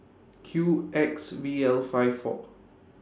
Q X V L five four